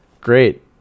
great